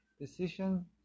decision